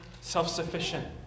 self-sufficient